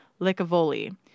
Licavoli